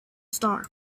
star